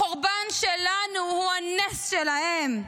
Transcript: החורבן שלנו הוא הנס שלהם.